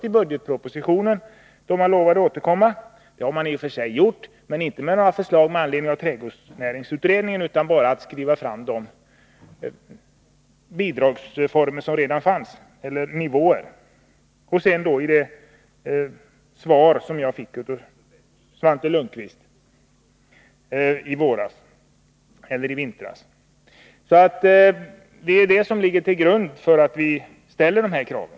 I budgetpropositionen lovade man att återkomma. Det har man i och för sig gjort, men inte med några förslag med anledning av trädgårdsnäringsutredningens förslag. Man har bara skrivit fast de bidragsnivåer som redan fanns. Vidare har vi det svar som jag fick av Svante Lundkvist i vintras. Det är detta som ligger till grund för att vi ställer de här kraven.